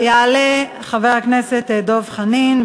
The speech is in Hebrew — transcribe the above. יעלה חבר הכנסת דב חנין,